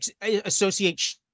associate